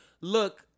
Look